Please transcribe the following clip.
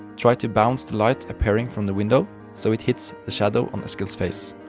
try to bounce the light appearing from the window so it hits the shadow on eskild's face.